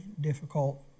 difficult